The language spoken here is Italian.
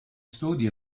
studi